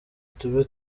tube